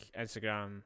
Instagram